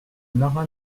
marin